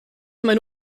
meine